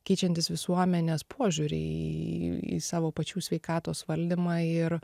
keičiantis visuomenės požiūriui į savo pačių sveikatos valdymą ir